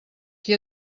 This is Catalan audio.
qui